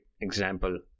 example